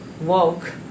woke